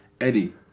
Eddie